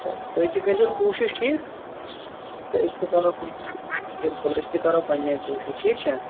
چلو تُہۍ تہِ کٔرۍزیٚو کوٗشِش ٹھیٖک تہٕ أسۍ تہِ کرو کوٗشِش بِلکُل أسۍ تہِ کرو پَنٕنہِ آیہِ کوٗشِش ٹھیٖک چھا